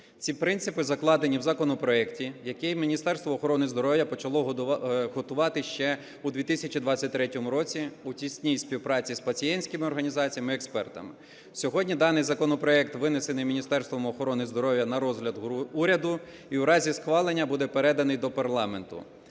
Ці принципи закладені в законопроекті, який Міністерство охорони здоров'я почало готувати ще у 2023 році у тісній співпраці з пацієнтськими організаціями й експертами. Сьогодні даний законопроект винесений Міністерством охорони здоров'я на розгляд уряду і в разі схвалення буде переданий до парламенту.